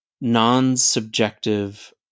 non-subjective